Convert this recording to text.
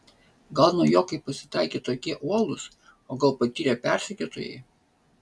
gal naujokai pasitaikė tokie uolūs o gal patyrę persekiotojai